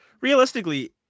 Realistically